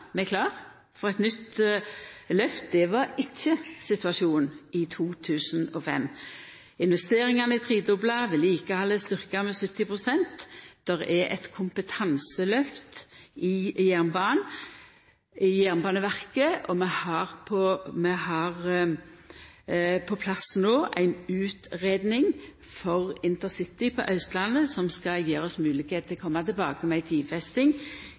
for et nytt lyft. Det var ikkje situasjonen i 2005. Investeringane er tredobla, vedlikehaldet er styrkt med 70 pst., det er eit kompetanselyft i jernbaneverket, og vi har no på plass ei utgreiing for intercity på Austlandet som skal gje oss moglegheit til å koma tilbake med ei tidfesting